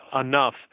enough